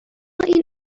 این